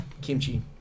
kimchi